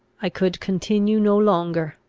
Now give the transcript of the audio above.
i could continue no longer.